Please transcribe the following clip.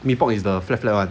mee pok is the flat flat one